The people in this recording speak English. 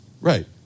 Right